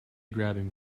grabbing